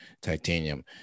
titanium